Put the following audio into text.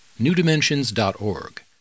newdimensions.org